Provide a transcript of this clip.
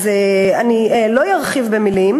אז אני לא ארחיב במילים,